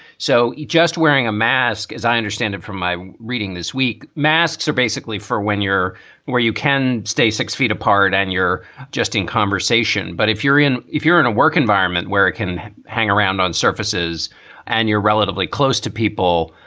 so it just wearing a mask, as i understand it from my reading this week, masks are basically for when you're where you can stay six feet apart and you're just in conversation but if you're in if you're in a work environment where it can hang around on surfaces and you're relatively close to people,